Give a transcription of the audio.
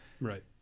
Right